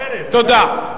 תודה.